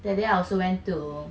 that day I also went to